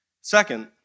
Second